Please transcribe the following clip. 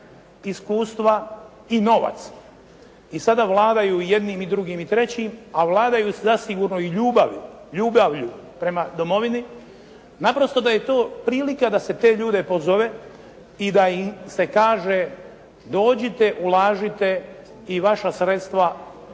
iskustva i novac. I sada vladaju i jednim i drugim i trećim, a vladaju zasigurno i ljubavlju prema domovini. Naprosto da je to prilika da se te ljude pozove i da im se kaže dođite, ulažite i vaša sredstva će biti